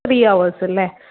free hours അല്ലെ